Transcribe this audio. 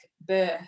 birth